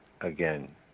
again